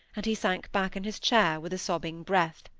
and he sank back in his chair with sobbing breath.